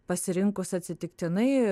pasirinkus atsitiktinai